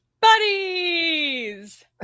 buddies